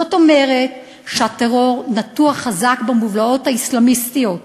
זאת אומרת שהטרור נטוע חזק במובלעות האסלאמיסטיות.